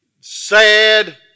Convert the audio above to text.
sad